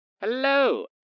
Hello